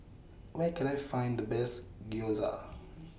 Where Can I Find The Best Gyoza